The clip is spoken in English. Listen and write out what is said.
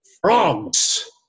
Frogs